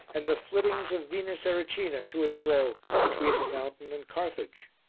and the flittings of venus erycina to and fro between the mountain and carthage.